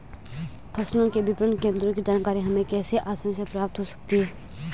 फसलों के विपणन केंद्रों की जानकारी हमें कैसे आसानी से प्राप्त हो सकती?